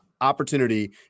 opportunity